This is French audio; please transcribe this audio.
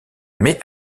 mais